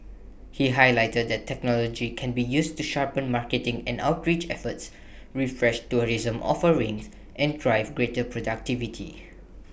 he highlighted that technology can be used to sharpen marketing and outreach efforts refresh tourism offerings and drive greater productivity